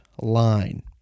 line